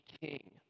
king